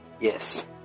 Yes